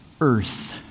earth